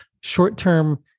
short-term